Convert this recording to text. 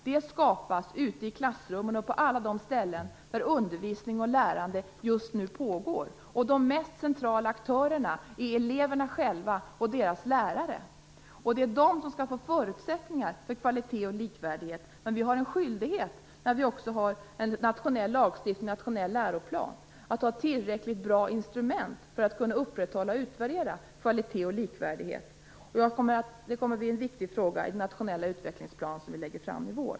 Det skapas ute i klassrummen och på alla de ställen där undervisning och lärande just nu pågår. De mest centrala aktörerna är eleverna och deras lärare. Det är de som skall få förutsättningar för kvalitet och likvärdighet. Vi har en skyldighet när vi har en nationell lagstiftning och en nationell läroplan att ha tillräckligt bra instrument för att kunna upprätthålla och utvärdera kvalitet och likvärdighet. Det kommer att bli en viktig fråga i den nationella utvecklingsplan som regeringen lägger fram i vår.